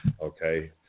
okay